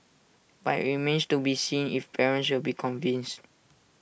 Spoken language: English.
but IT remains to be seen if parents will be convinced